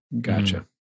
Gotcha